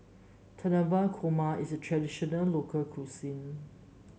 Korma is a traditional local cuisine